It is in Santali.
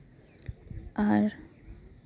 ᱟᱨ